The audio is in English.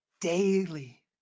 Daily